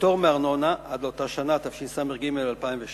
לפטור מארנונה, עד לאותה שנה, תשס"ג 2002,